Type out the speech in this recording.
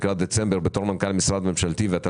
לקראת דצמבר בתור מנכ"ל משרד ממשלתי ואתה